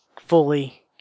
fully